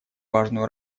важную